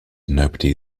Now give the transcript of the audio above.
nobody